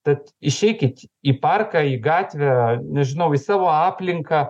tad išeikit į parką į gatvę nežinau į savo aplinką